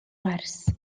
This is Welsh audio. wers